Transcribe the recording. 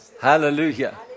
Hallelujah